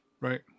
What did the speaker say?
Right